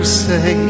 say